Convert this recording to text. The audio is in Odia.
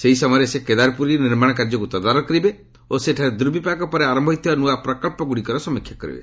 ଏହି ସମୟରେ ସେ କେଦାରପ୍ରରୀର ନିର୍ମାଣ କାର୍ଯ୍ୟକ୍ର ତଦାରଖ କରିବେ ଓ ସେଠାରେ ଦୂର୍ବିପାକ ପରେ ଆରମ୍ଭ ହୋଇଥିବା ନୂଆ ପ୍ରକଳ୍ପଗୁଡ଼ିକର ସମୀକ୍ଷା କରିବେ